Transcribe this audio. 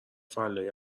فلاحی